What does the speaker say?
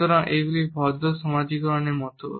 সুতরাং এগুলি ভদ্র সামাজিকীকরণের মতো